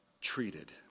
treated